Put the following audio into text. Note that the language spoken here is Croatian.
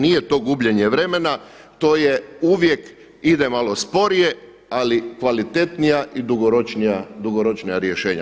Nije to gubljenje vremena, to je uvijek ide malo sporije, ali kvalitetnija i dugoročnija rješenja.